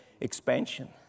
expansion